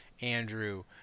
andrew